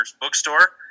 bookstore